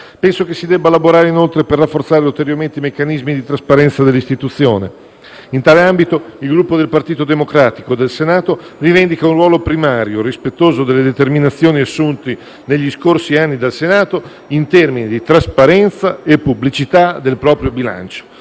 Penso che si debba lavorare, inoltre, per rafforzare ulteriormente i meccanismi di trasparenza dell'Istituzione. In tale ambito, il Gruppo Partito Democratico del Senato rivendica un ruolo primario, rispettoso delle determinazioni assunte negli scorsi anni dal Senato, in termini di trasparenza e pubblicità del proprio bilancio,